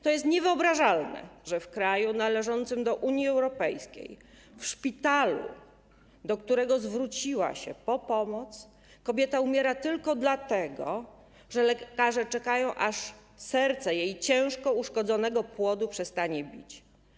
To jest niewyobrażalne, że w kraju należącym do Unii Europejskiej kobieta w szpitalu, do którego zwróciła się po pomoc, umiera tylko dlatego, że lekarze czekają, aż serce jej ciężko uszkodzonego płodu przestanie bić.